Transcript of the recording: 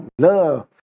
love